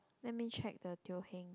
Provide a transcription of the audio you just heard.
let me check the Teo-Heng